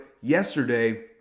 yesterday